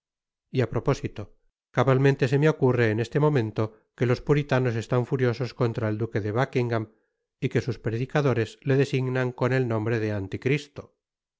y á propósito cabalmente se me ocurre en este momento que los puritanos están furiosos contra el duque de buckingam y que sus predicadores le designan con el nombre de anti cristo